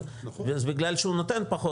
אז בגלל שהוא נותן פחות,